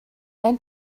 and